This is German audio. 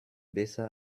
besser